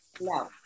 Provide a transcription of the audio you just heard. no